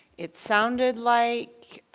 it sounded like